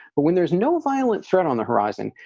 but when there's no violent threat on the horizon,